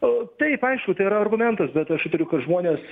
o taip aišku tai yra argumentas bet aš įtariu kad žmonės